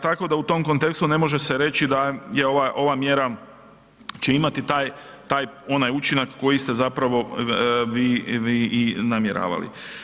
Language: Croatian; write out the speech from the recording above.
Tako da u tom kontekstu ne može se reći da ova mjera će imati taj, onaj učinak koji ste zapravo vi i namjeravali.